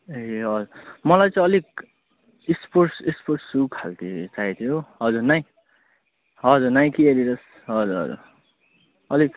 ए अँ मलाई चाहिँ अलिक स्पोर्ट्स स्पोर्ट्स सू खाल्के चाहिए थियो हजुर नाइ हजुर नाइकी एडिडास हजुर अलिक